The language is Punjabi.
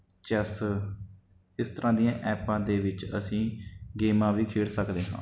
ਚੈੱਸ ਇਸ ਤਰ੍ਹਾਂ ਦੀਆਂ ਐਪਾਂ ਦੇ ਵਿੱਚ ਅਸੀਂ ਗੇਮਾਂ ਵੀ ਖੇਡ ਸਕਦੇ ਹਾਂ